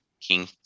King